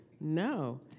no